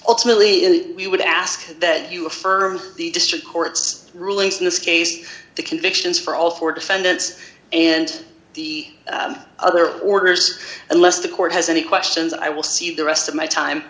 ultimately we would ask that you affirm the district court's rulings in this case the convictions for all four defendants and the other orders unless the court has any questions i will see the rest of my time